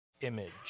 image